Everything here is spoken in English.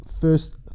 first